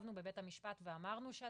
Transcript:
התייצבנו בבית המשפט ואמרנו על